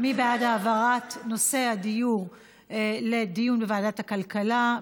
מי בעד העברת נושא הדיור לדיון בוועדת הכלכלה?